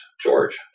George